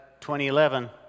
2011